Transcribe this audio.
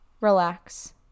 relax